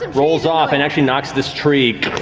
rolls off, and actually knocks this tree